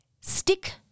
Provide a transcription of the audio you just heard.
stick